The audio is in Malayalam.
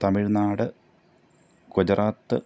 തമിഴ്നാട് ഗുജറാത്ത്